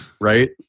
Right